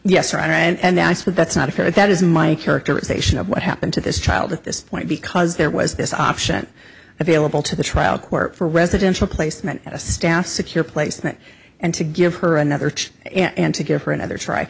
yes right and i said that's not fair and that is my characterization of what happened to this child at this point because there was this option available to the trial court for residential placement at a staff secure placement and to give her another and to give her another try